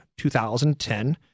2010